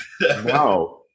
no